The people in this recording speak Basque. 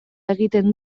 egiten